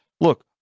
look